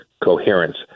coherence